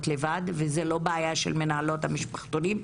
לבד וזו לא הבעיה של מנהלות המשפחתונים".